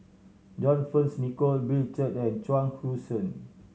John Fearns Nicoll Bill Chen and Chuang Hui Tsuan